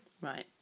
Right